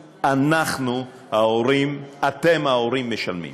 אנחנו, ההורים, אתם, ההורים, משלמים.